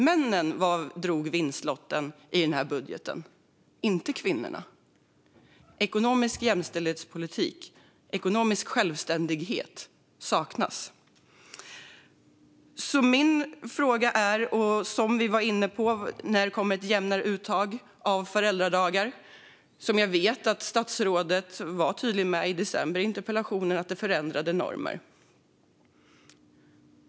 Männen drog vinstlotten i den här budgeten, inte kvinnorna. Ekonomisk jämställdhetspolitik och ekonomisk självständighet saknas. Min fråga är den som vi var inne på, nämligen när det kommer ett jämnare uttag av föräldradagar. Jag vet att statsrådet var tydlig i interpellationsdebatten i december med att detta förändrar normer.